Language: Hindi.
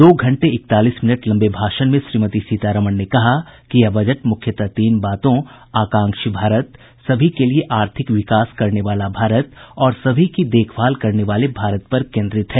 दो घंटे इकतालीस मिनट लम्बे भाषण में श्रीमती सीतारमण ने कहा कि यह बजट मुख्यतः तीन बातों आकांक्षी भारत सभी के लिए आर्थिक विकास करने वाला भारत और सभी की देखभाल करने वाले भारत पर केन्द्रित है